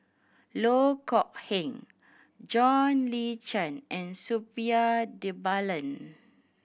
Loh Kok Heng John Le Cain and Suppiah Dhanabalan